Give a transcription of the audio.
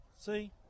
See